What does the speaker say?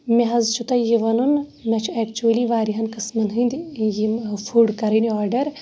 مےٚ حظ چھُ تۄہہِ یہِ وَنُن مےٚ چھُ ایٚکچُؤلی واریاہن قٔسمَن ۂنٛدۍ یِم فوٚڑ کَرٕنۍ آرڈر